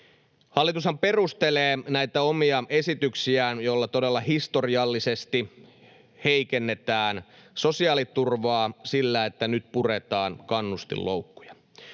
Hallitushan perustelee näitä omia esityksiään, joilla todella historiallisesti heikennetään sosiaaliturvaa, sillä, että nyt puretaan kannustinloukkuja.